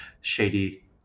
shady